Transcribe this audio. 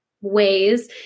ways